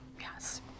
Yes